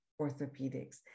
Orthopedics